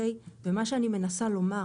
מה שאני מנסה לומר